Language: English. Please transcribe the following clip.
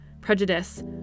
prejudice